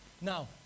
Now